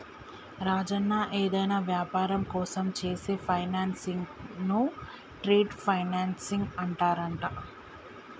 రాజన్న ఏదైనా వ్యాపారం కోసం చేసే ఫైనాన్సింగ్ ను ట్రేడ్ ఫైనాన్సింగ్ అంటారంట